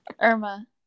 irma